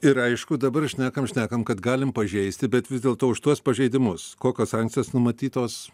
ir aišku dabar šnekam šnekam kad galim pažeisti bet vis dėlto už tuos pažeidimus kokios sankcijos numatytos